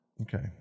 Okay